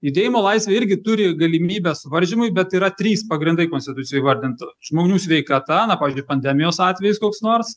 judėjimo laisvė irgi turi galimybes varžymui bet yra trys pagrindai konstitucijoj įvardintų žmonių sveikata na pavyzdžiui pandemijos atvejis koks nors